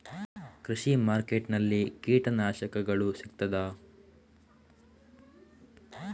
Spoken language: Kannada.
ಕೃಷಿಮಾರ್ಕೆಟ್ ನಲ್ಲಿ ಕೀಟನಾಶಕಗಳು ಸಿಗ್ತದಾ?